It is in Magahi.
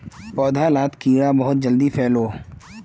पौधा लात कीड़ा बहुत जल्दी फैलोह